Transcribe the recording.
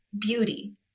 beauty